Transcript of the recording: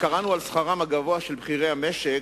קראנו על שכרם הגבוה של בכירי המשק,